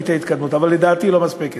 הייתה התקדמות, אבל לדעתי לא מספקת.